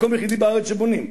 יש מקום יחיד בארץ שבונים,